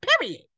period